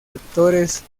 actores